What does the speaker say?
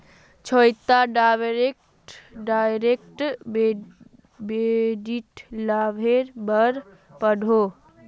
Shweta direct डेबिटेर लाभेर बारे पढ़ोहो